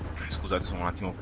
because i so wanted